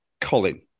Colin